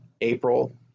April